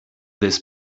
this